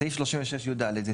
סעיף 36 י"ד.